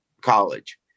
college